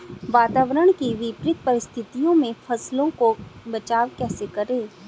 वातावरण की विपरीत परिस्थितियों में फसलों का बचाव कैसे करें?